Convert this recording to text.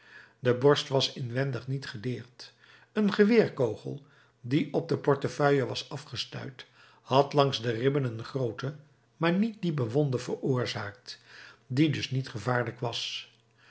de borst was inwendig niet gedeerd een geweerkogel die op de portefeuille was afgestuit had langs de ribben een groote maar niet diepe wonde veroorzaakt die dus niet gevaarlijk was